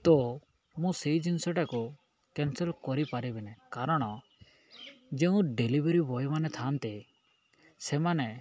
ତ ମୁଁ ସେଇ ଜିନିଷଟାକୁ କ୍ୟାନ୍ସଲ୍ କରିପାରିବିନିନି କାରଣ ଯେଉଁ ଡେଲିଭରି ବୟମାନେ ଥାଆନ୍ତି ସେମାନେ